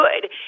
good